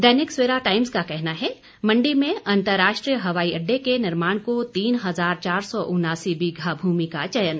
दैनिक Savera times का कहना है मंडी में अंतर्राष्ट्रीय हवाई अड्डे के निर्माण को तीन हजार चार सौ उन्यासी बीघा भूमि का चयन